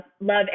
love